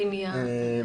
בניין.